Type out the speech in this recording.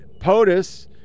POTUS